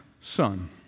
son